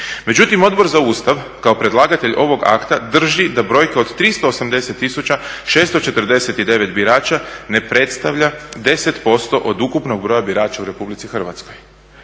Međutim, Odbor za Ustav kao predlagatelj ovog akta drži da brojke od 380 649 birača ne predstavlja 10% od ukupnog broja birača u Republici Hrvatskoj.